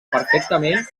perfectament